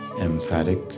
emphatic